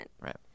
Right